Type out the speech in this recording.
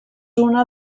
una